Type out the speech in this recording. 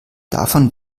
davon